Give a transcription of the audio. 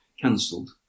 cancelled